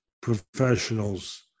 professionals